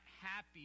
happy